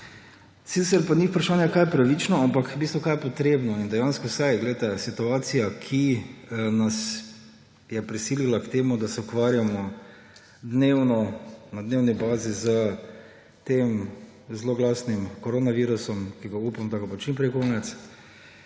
Sicer pa ni vprašanje, kaj je pravično, ampak v bistvu kaj je potrebno. In dejansko, poglejte, situacija, ki nas je prisilila k temu, da se ukvarjamo dnevno, na dnevni bazi s tem zloglasnim koronavirusom, ki upam, da ga bo čim prej konec,